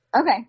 Okay